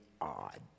odd